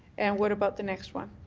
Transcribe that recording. and what about the next one?